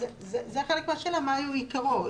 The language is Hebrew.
זה חלק מהשאלה, מהו עיקרו.